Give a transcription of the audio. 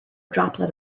droplet